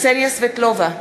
קסניה סבטלובה,